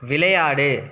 விளையாடு